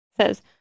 Says